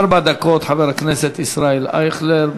ארבע דקות, חבר הכנסת ישראל אייכלר.